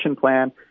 plan